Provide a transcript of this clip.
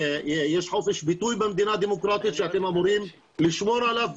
יש חופש ביטוי במדינה דמוקרטית שאתם אמורים לשמור עליו,